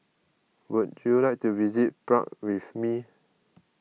would you like to visit Prague with me